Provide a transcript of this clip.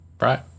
Right